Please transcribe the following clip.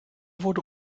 wurde